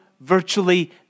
virtually